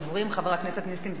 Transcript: חבר הכנסת נסים זאב,